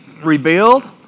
rebuild